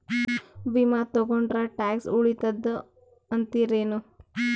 ವಿಮಾ ತೊಗೊಂಡ್ರ ಟ್ಯಾಕ್ಸ ಉಳಿತದ ಅಂತಿರೇನು?